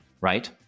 Right